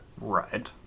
Right